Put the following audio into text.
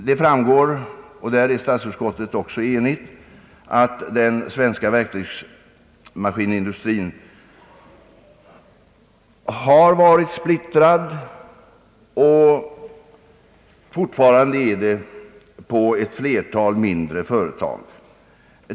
Det framgår, och där är statsutskottet också enigt, att den svenska verk tygsmaskinindustrin har varit och fort farande är splittrad på ett flertal mindre företag.